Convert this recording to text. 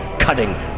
cutting